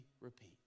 repeat